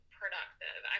productive